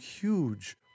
huge